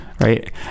right